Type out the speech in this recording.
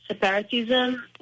separatism